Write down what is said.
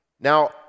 Now